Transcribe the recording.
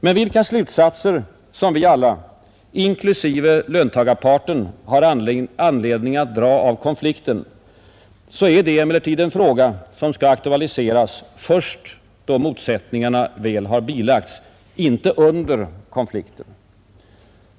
Vilka slutsatser som vi alla inklusive löntagarparten har anledning att dra av konflikten är emellertid en fråga, som skall aktualiseras först då motsättningarna väl har bilagts, inte under konflikten.